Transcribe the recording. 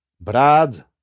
Brad